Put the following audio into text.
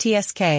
TSK